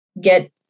get